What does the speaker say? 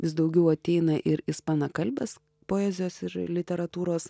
vis daugiau ateina ir ispanakalbės poezijos ir literatūros